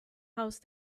house